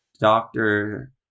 doctor